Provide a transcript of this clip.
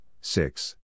six